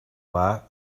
war